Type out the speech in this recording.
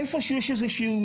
ואיפה שיש נזילה,